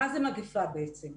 מה זה מגפה בעצם?